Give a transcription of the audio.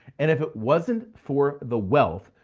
and if it wasn't for the wealth,